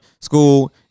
school